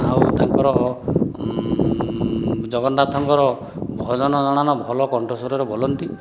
ଆଉ ତାଙ୍କର ଜଗନ୍ନାଥଙ୍କର ଭଜନ ଜଣାଣ ଭଲ କଣ୍ଠ ସ୍ୱରରେ ବୋଲନ୍ତି